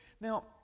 Now